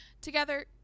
together